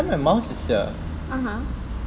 (uh huh)